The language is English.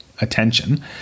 attention